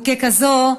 וככזאת,